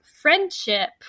friendship